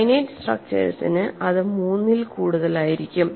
finite സ്ട്രക്ചേർസിന് അത് മൂന്നിൽ കൂടുതലായിരിക്കും